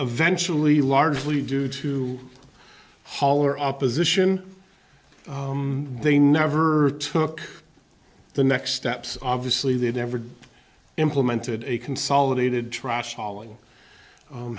eventually largely due to hollar opposition they never took the next steps obviously they never implemented a consolidated trash hauling